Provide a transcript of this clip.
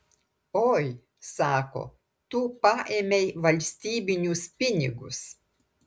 oi sako tu paėmei valstybinius pinigus